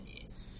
years